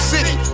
City